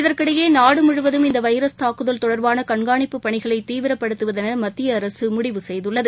இதற்கிடையே நாடு முழுவதும் இந்த வைரஸ் தாக்குதல் தொடர்பான கண்காணிப்பு பணிகளை தீவிரப்படுத்துவதென மத்திய அரசு முடிவு செய்துள்ளது